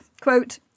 quote